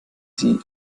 sie